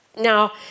now